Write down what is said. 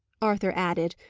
arthur added,